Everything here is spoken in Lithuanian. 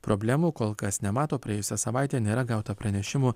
problemų kol kas nemato praėjusią savaitę nėra gauta pranešimų